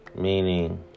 Meaning